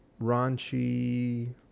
raunchy